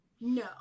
No